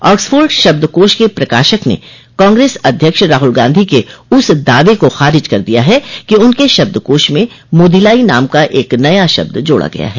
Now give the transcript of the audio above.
Oxford शब्दकोश के प्रकाशक ने कांग्रेस अध्यक्ष राहुल गांधी के उस दावे को खारिज कर दिया है कि उनके शब्दकोश में मोदीलाई नाम का एक नया शब्द जोड़ा गया है